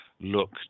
look